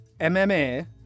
MMA